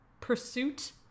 pursuit